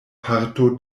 parto